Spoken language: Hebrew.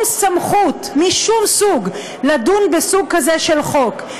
סמכות משום סוג לדון בסוג כזה של חוק.